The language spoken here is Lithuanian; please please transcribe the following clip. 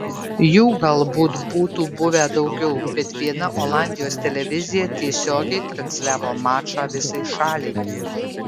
jų galbūt būtų buvę daugiau bet viena olandijos televizija tiesiogiai transliavo mačą visai šaliai